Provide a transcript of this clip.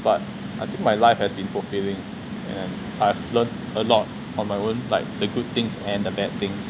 but I think my life has been fulfilling and I've learned a lot on my own like the good things and the bad things